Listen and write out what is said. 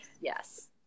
Yes